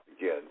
again